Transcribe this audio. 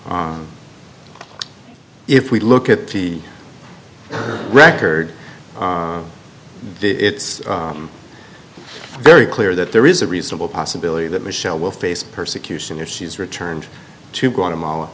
if we look at the record it's very clear that there is a reasonable possibility that michelle will face persecution if she's returned to guatemala